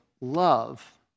love